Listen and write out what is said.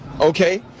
Okay